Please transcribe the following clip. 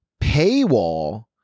paywall